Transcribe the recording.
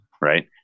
Right